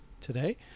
today